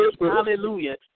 Hallelujah